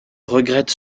regrette